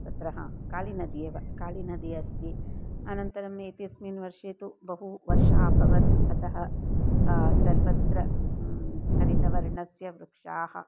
तत्र हा कालिनदी एव कालिनदी अस्ति अनन्तरम् एतस्मिन् वर्षे तु बहु वर्षाणि अभवन् अतः सर्वत्र हरितवर्णस्य वृक्षाः